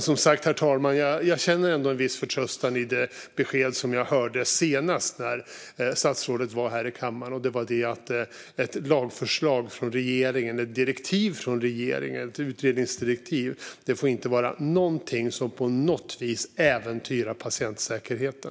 Som sagt känner jag ändå en viss förtröstan, herr talman, i det besked som jag hörde senast statsrådet var här i kammaren, nämligen att ett lagförslag eller ett utredningsdirektiv från regeringen inte på något vis får äventyra patientsäkerheten.